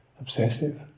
obsessive